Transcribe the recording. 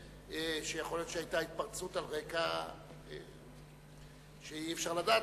יכול להיות שכנראה היתה התפרצות על רקע שאי-אפשר לדעת.